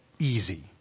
easy